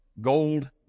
gold